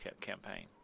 campaign